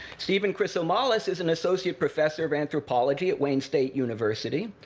stephen chrisomalis is an associate professor of anthropology at wayne state university,